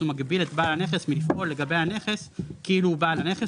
ומגביל את בעל הנכס מלפעול לגבי הנכס כאילו הוא בעל הנכס